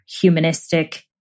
humanistic